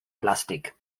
plastik